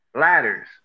ladders